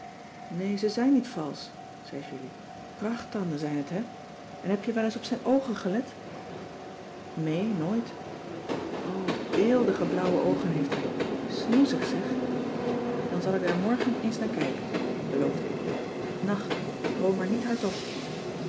nee ze zijn niet valsch zei julie prachttanden zijn het hè en heb je wel eens op zijn oogen gelet cissy van marxveldt de h b s tijd van joop ter heul nee nooit o bèeldige blauwe oogen heeft hij snoezig zeg dan zal ik daar morgen eens naar kijken beloofde ik nacht droom maar niet hardop